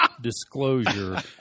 disclosure